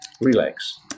relax